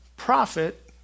Profit